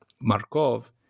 Markov